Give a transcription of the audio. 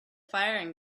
firing